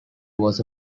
was